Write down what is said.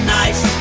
nice